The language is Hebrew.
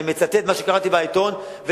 אני מצטט מה שקראתי בעיתון.